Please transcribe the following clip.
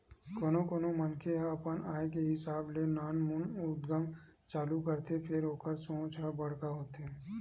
कोनो कोनो मनखे ह अपन आय के हिसाब ले नानमुन उद्यम चालू करथे फेर ओखर सोच ह बड़का होथे